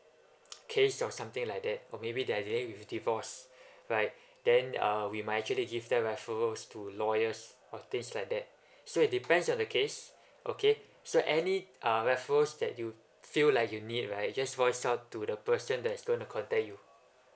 case or something like that or maybe they are delay with divorce right then uh we might actually give their referrals to lawyers or things like that so it depends on the case okay so any uh referrals that you feel like you need right just voice out to the person that's gonna contact you